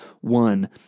one